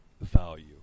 value